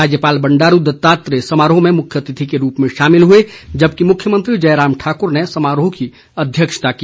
राज्यपाल बंडारू दत्तात्रेय समारोह में मुख्यातिथि के रूप में शामिल हुए जबकि मुख्यमंत्री जयराम ठाकुर ने समारोह की अध्यक्षता की